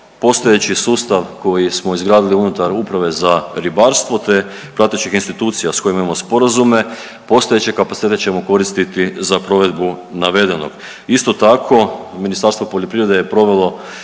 postojeći sustav koji smo izgradili unutar uprave za ribarstvo te pratećih institucija s kojima imamo sporazume postojeće kapacitete ćemo koristiti za provedbu navedenog. Isto tako, Ministarstvo poljoprivrede je provelo